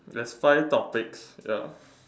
there's five topics ya